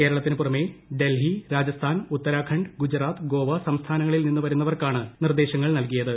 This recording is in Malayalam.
കേരളത്തിന് പുറമെ ഡൽഹി രാജസ്ഥാൻ ഉത്തരാഖണ്ഡ് ഗുജറാത്ത് ഗോവ സംസ്ഥാനങ്ങളിൽ നിന്ന് വരുന്നവർക്കാണ് നിർദ്ദേശങ്ങൾ നൽകിയത്